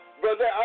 Brother